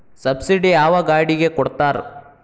Subsidy ಯಾವ ಗಾಡಿಗೆ ಕೊಡ್ತಾರ?